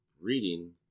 reading